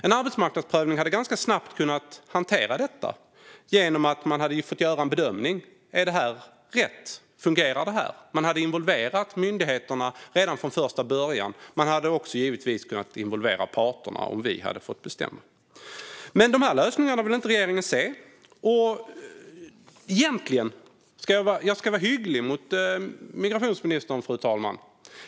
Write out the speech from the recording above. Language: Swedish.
En arbetsmarknadsprövning hade ganska snabbt hanterat detta genom att det hade gjorts en bedömning om det är rätt och om det fungerar. Man hade involverat myndigheterna från början, och om vi hade fått bestämma hade parterna involverats. Men de lösningarna vill regeringen inte se. Jag ska vara hygglig mot migrationsministern, fru talman.